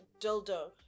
dildo